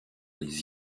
les